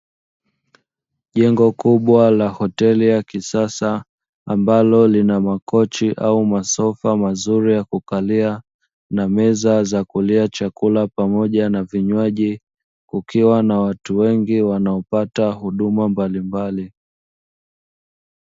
Jengo kubwa la hoteli ya kisasa, ambalo lina makochi au masofa mazuri, ya kukalia, na meza za kulia chakula, pamoja na vinywaji, kukiwa na watu wengi wanaopata huduma mbalimbali.